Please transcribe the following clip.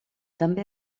també